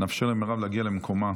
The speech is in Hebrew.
נאפשר למירב להגיע למקומה.